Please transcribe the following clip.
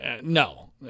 No